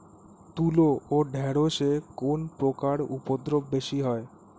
তুলো ও ঢেঁড়সে কোন পোকার উপদ্রব বেশি হয়?